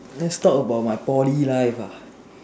let's talk about my Poly life ah